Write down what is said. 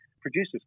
Producers